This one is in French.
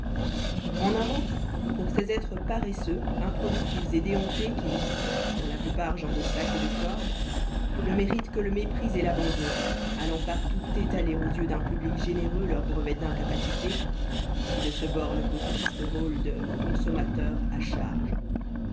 en un mot pour ces êtres paresseux improductifs et déhontés qui pour la plupart gens de sac et de cordes ne méritent que le mépris et l'abandon allant partout étaler aux yeux d'un public généreux brevet d'incapacité et ne se bornent qu'au triste rôle de consommateur à charge